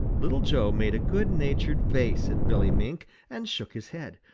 little joe made a good-natured face at billy mink and shook his head.